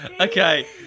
Okay